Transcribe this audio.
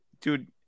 Dude